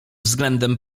względem